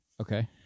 Okay